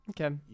okay